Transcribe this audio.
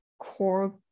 core